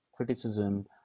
Criticism